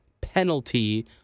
penalty